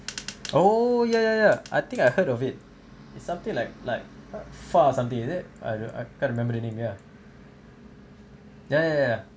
oh ya ya ya I think I heard of it it's something like like far or something is it I don't I can't remember the name ya ya ya ya